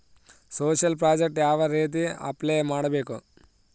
Social project ಯಾವ ರೇತಿ apply ಮಾಡಬೇಕು?